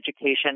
education